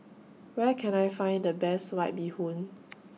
Where Can I Find The Best White Bee Hoon